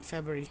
February